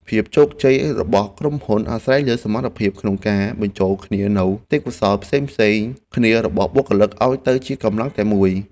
ភាពជោគជ័យរបស់ក្រុមហ៊ុនអាស្រ័យលើសមត្ថភាពក្នុងការបញ្ចូលគ្នានូវទេពកោសល្យផ្សេងៗគ្នារបស់បុគ្គលិកឱ្យទៅជាកម្លាំងតែមួយ។